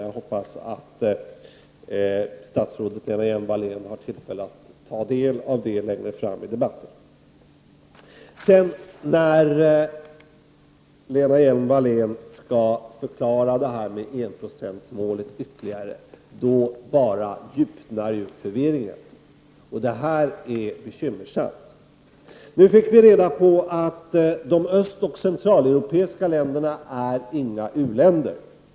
Jag hoppas att statsrådet Lena Hjelm-Wallén har tillfälle att ta del av det längre fram i debatten. När Lena Hjelm-Wallén skall förklara enprocentsmålet ytterligare, djupnar förvirringen. Det är bekymmersamt. Nu fick vi reda på att de östoch centraleuropeiska länderna inte är u-länder.